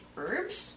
herbs